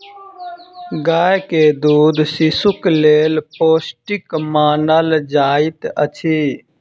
गाय के दूध शिशुक लेल पौष्टिक मानल जाइत अछि